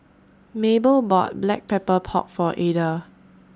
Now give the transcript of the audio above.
Maybell bought Black Pepper Pork For Ada